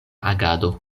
agado